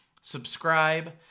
subscribe